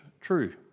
true